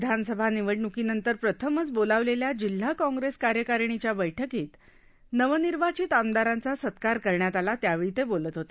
विधानसभा निवडण्कीनंतर प्रथमच बोलावलेल्या जिल्हा काँग्रेस कार्यकारणीच्या बैठकीत नवनिर्वाचित आमदारांचा सत्कार करण्यात आला त्यावेळी ते बोलत होते